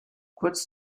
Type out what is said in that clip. kurz